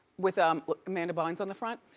with um amanda bynes on the front.